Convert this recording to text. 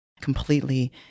completely